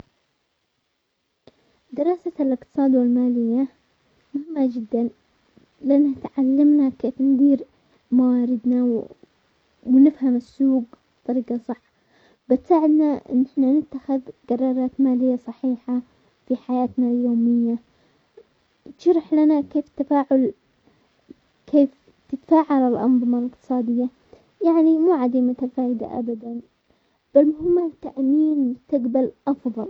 دراسة الاقتصاد والمالية مهمة جدا، لانها تعلمنا كيف ندير مواردنا ونفهم السوق بطريقة صح، بتساعدنا ان احنا نتخذ قرارات مالية صحيحة في حياتنا اليومية، تشرح لنا كيف تفاعل كيف تتفاعل الانظمة الاقتصادية، يعني مو عديمة الفائدة ابدا، بل مهمة لتأمين مستقبل افضل.